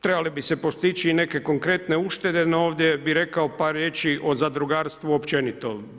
Trebali bi se postići i nekakve korektne uštede no ovdje bi rekao par riječi o zadrugarstvu općenito.